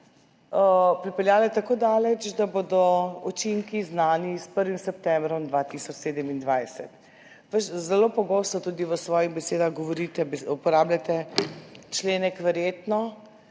pripeljale tako daleč, da bodo učinki znani s 1. septembrom 2027? Zelo pogosto tudi v svojih besedah uporabljate členek verjetno,